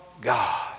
God